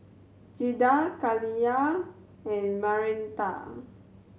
Giada Khalilah and